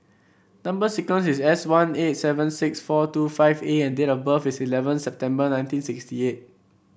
number sequence is S one eight seven six four two five A and date of birth is eleven September nineteen sixty eight